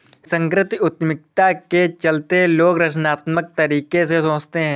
सांस्कृतिक उद्यमिता के चलते लोग रचनात्मक तरीके से सोचते हैं